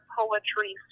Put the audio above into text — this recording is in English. poetry